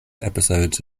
episodes